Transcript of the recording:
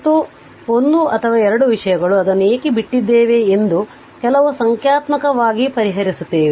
ಮತ್ತು ಒಂದು ಅಥವಾ ಎರಡು ವಿಷಯಗಳು ಅದನ್ನು ಏಕೆ ಬಿಟ್ಟಿದ್ದೇವೆ ಎಂದು ಕೆಲವು ಸಂಖ್ಯಾತ್ಮಕವಾಗಿ ಪರಿಹರಿಸುತ್ತೇವೆ